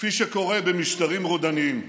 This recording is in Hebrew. כפי שקורה במשטרים רודניים.